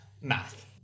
Math